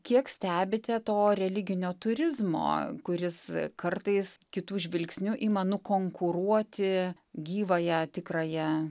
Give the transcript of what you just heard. kiek stebite to religinio turizmo kuris kartais kitų žvilgsniu ima nukonkuruoti gyvąją tikrąją